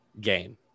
game